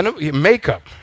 makeup